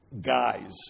guys